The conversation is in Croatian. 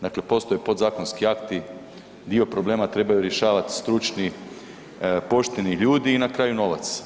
Dakle, postoje podzakonski akti, dio problema trebaju rješavati stručni, pošteni ljudi i na kraju novac.